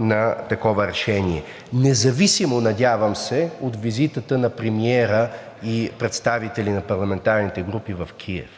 на такова решение, независимо, надявам се, от визитата на премиера и представители на парламентарните групи в Киев.